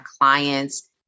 clients